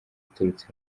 aturutse